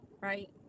right